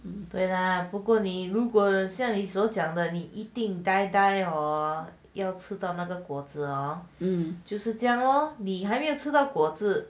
um 对 lah 不过你如果像你所讲的你一定 die die or 要吃到那个果子 ah um 就是这样 loh 你还没有吃到果子